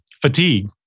fatigue